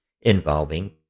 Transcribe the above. involving